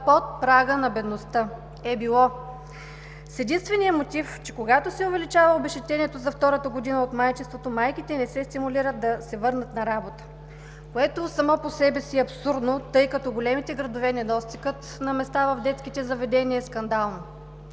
под прага на бедността, с единствения мотив, че когато се увеличава обезщетението за втората година от майчинството, майките не се стимулират да се върнат на работа, което само по себе си е абсурдно, тъй като в големите градове, недостигът на места в детските заведения е скандално.